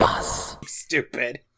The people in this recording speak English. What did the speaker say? stupid